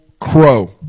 Crow